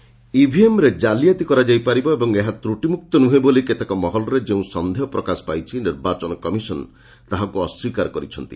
EVM ECI ଇଭିଏମ୍ରେ କାଲିଆତି କରାଯାଇ ପାରିବ ଓ ଏହା ତ୍ରଟିମୁକ୍ତ ନୁହେଁ ବୋଲି କେତେକ ମହଲରେ ଯେଉଁ ସନ୍ଦେହ ପ୍ରକାଶ ପାଇଛି ନିର୍ବାଚନ କମିଶନ ତାହାକୁ ଅସ୍ପୀକାର କରିଛନ୍ତି